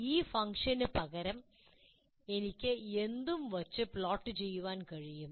ഈ ഫംഗ്ഷന് പകരം എനിക്ക് എന്തും വയ്ച്ച് പ്ലോട്ട് ചെയ്യാൻ കഴിയും